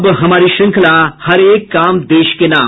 अब हमारी श्रंखला हर एक काम देश के नाम